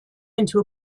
into